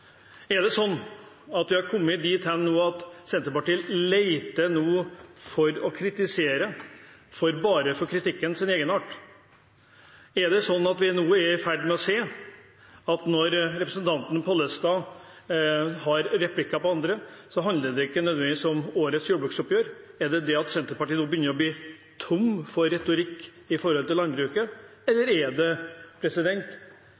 Er det sånn at vi har kommet dit hen nå at Senterpartiet leter etter noe å kritisere bare for kritikkens egenart? Er det sånn at vi nå er i ferd med å se at når representanten Pollestad tar replikker på andre, handler det ikke nødvendigvis om årets jordbruksoppgjør? Er det det at Senterpartiet nå begynner å gå tom for retorikk når det gjelder landbruket? Eller er det sånn at Senterpartiet faktisk har utspilt sin rolle i